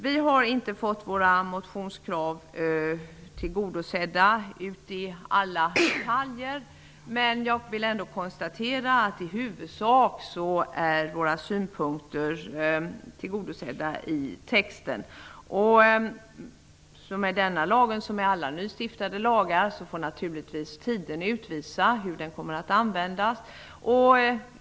Vi har inte fått våra motionskrav tillgodosedda i alla detaljer. Men jag vill ändå konstatera att i huvudsak är våra synpunkter tillgodosedda i texten. Med denna lag, som med alla nystiftade lagar, får naturligtvis tiden utvisa hur den kommer att tillämpas.